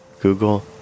Google